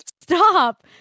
stop